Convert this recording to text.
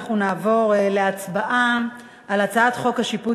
אנחנו נעבור להצבעה על הצעת חוק השיפוט